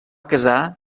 casar